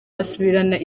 asubirana